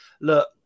look